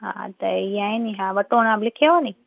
हा त इहा आहे नी हा पतो नाम लिखियो नी